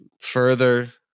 further